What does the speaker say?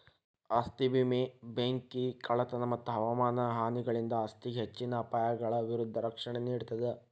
ಆಸ್ತಿ ವಿಮೆ ಬೆಂಕಿ ಕಳ್ಳತನ ಮತ್ತ ಹವಾಮಾನ ಹಾನಿಗಳಿಂದ ಆಸ್ತಿಗೆ ಹೆಚ್ಚಿನ ಅಪಾಯಗಳ ವಿರುದ್ಧ ರಕ್ಷಣೆ ನೇಡ್ತದ